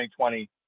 2020